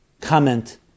Comment